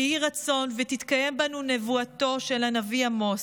ויהי רצון ותתקיים בנו נבואתו של הנביא עמוס: